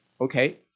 okay